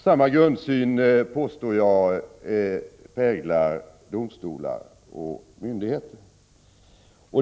Samma grundsyn påstår jag präglar domstolar och myndigheter.